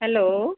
hello